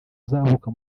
uzavuka